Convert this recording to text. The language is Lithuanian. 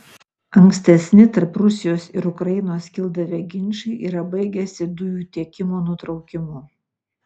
ankstesni tarp rusijos ir ukrainos kildavę ginčai yra baigęsi dujų tiekimo nutraukimu